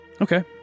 Okay